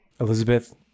Elizabeth